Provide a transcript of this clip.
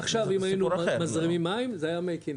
עכשיו אם היינו מזרימים מים זה היה מי כנרת.